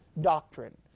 doctrine